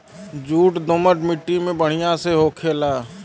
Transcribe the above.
jute दोमट मट्टी में बढ़िया से होखेला